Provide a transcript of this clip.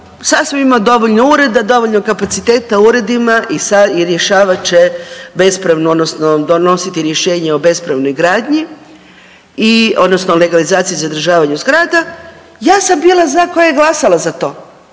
sasvim ima dovoljno ureda, dovoljno kapaciteta u uredima i rješavat će bespravno odnosno donositi rješenja o bespravnoj gradnji odnosno legalizaciju o zadržavanju zgrada, ja sam bila za koja je glasala za to